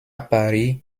paris